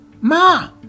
Ma